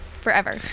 forever